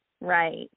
right